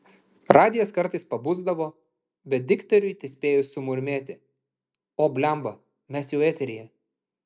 radijas kartais pabusdavo bet diktoriui tespėjus sumurmėti o bliamba mes jau eteryje